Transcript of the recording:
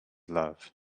love